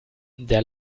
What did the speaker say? der